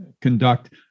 conduct